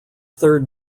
third